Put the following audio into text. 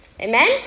Amen